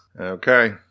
Okay